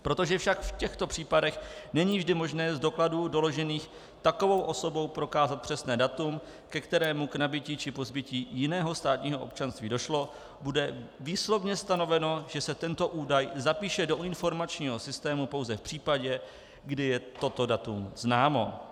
Protože však v těchto případech není vždy možné z dokladů doložených takovou osobou prokázat přesné datum, ke kterému k nabytí či pozbytí jiného státního občanství došlo, bude výslovně stanoveno, že se tento údaj zapíše do informačního systému pouze v případě, kdy je toto datum známo.